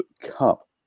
Cup